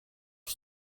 was